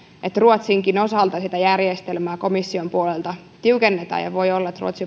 että ruotsinkin osalta sitä järjestelmää komission puolelta tiukennetaan ja voi olla että ruotsi